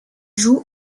joue